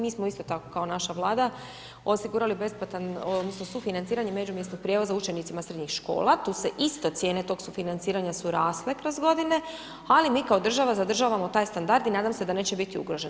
Mi smo isto tako, kao naša Vlada, osigurali besplatan odnosno sufinanciranje međumjesnog prijevoza učenicima srednjih škola, to su isto cijene toga sufinanciranja su rasle kroz godine, ali mi kao država zadržavamo taj standard i nadam se da neće biti ugrožen.